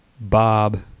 Bob